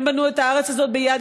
הם בנו את הארץ הזאת ביד,